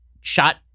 shot